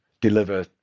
deliver